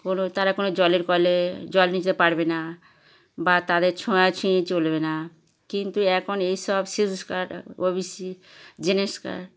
কোনো তারা কোনো জলের কলে জল নিতে পারবে না বা তাদের ছোঁয়াছুঁই চলবে না কিন্তু এখন এইসব schedule caste O B C general caste